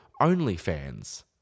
OnlyFans